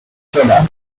zona